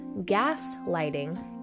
gaslighting